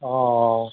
অঁ